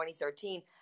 2013